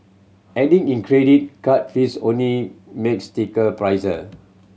adding in credit card fees only makes ticket pricier